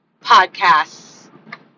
podcasts